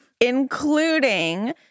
including